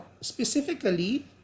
specifically